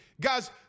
Guys